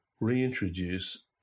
reintroduce